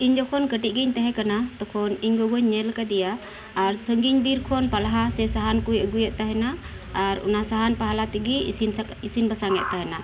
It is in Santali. ᱤᱧ ᱡᱚᱠᱷᱚᱱ ᱠᱟᱹᱴᱤᱡ ᱜᱮᱧ ᱛᱟᱦᱮᱸ ᱠᱟᱱᱟ ᱛᱚᱠᱷᱚᱱ ᱤᱧ ᱜᱚᱜᱚᱧ ᱧᱮᱞ ᱟᱠᱟᱫᱮᱭᱟ ᱟᱨ ᱥᱟᱹᱜᱤᱧ ᱵᱤᱨ ᱠᱷᱚᱱ ᱯᱟᱦᱟᱞᱟ ᱥᱮ ᱥᱟᱦᱟᱱ ᱠᱩᱭ ᱟᱹᱜᱩᱭᱮᱫ ᱛᱟᱦᱮᱱᱟ ᱟᱨ ᱚᱱᱟ ᱥᱟᱦᱟᱱ ᱯᱟᱦᱟᱞᱟ ᱛᱤᱜᱤ ᱤᱥᱤᱱ ᱵᱟᱥᱟᱝ ᱮᱫ ᱛᱟᱦᱮᱱᱟ